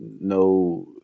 No